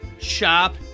shop